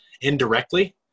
indirectly